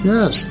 Yes